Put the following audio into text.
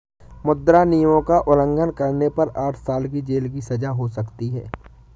मुद्रा नियमों का उल्लंघन करने पर आठ साल की जेल की सजा हो सकती हैं